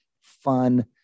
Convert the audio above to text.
fun